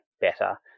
better